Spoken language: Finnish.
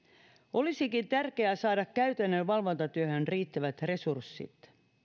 olisikin tärkeää saada käytännön valvontatyöhön riittävät resurssit